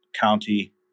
county